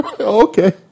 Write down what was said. okay